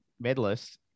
medalist